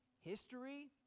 History